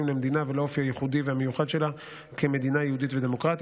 למדינה ולאופי הייחודי והמיוחד שלה כמדינה יהודית ודמוקרטית.